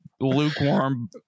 lukewarm